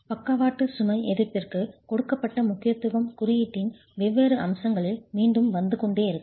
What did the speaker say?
பக்கவாட்டு சுமை எதிர்ப்பிற்கு கொடுக்கப்பட்ட முக்கியத்துவம் குறியீட்டின் வெவ்வேறு அம்சங்களில் மீண்டும் வந்துகொண்டே இருக்கும்